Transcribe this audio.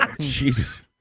Jesus